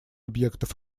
объектов